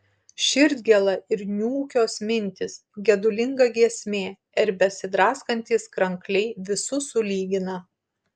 širdgėla ir niūkios mintys gedulinga giesmė ir besidraskantys krankliai visus sulygina